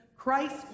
Christ